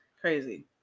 Crazy